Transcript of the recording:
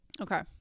okay